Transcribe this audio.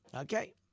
Okay